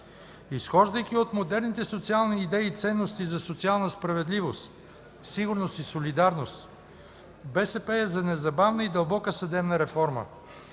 Изхождайки от модерните социални идеи и ценности за социална справедливост, сигурност и солидарност, БСП е за незабавна и дълбока съдебна реформа.